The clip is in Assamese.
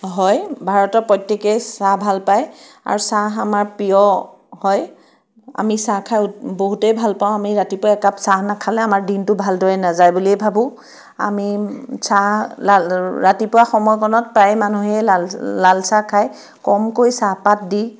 হয় ভাৰতৰ প্ৰত্যেকেই চাহ ভাল পায় আৰু চাহ আমাৰ প্ৰিয় হয় আমি চাহ খাই বহুতেই ভাল পাওঁ আমি ৰাতিপুৱাই একাপ চাহ নাখালে আমাৰ দিনটো ভালদৰে নাযায় বুলিয়েই ভাবোঁ আমি চাহ ৰাতিপুৱা সময়কণত প্ৰায় মানুহেই লা লালচাহ খায় কমকৈ চাহপাত দি